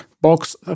box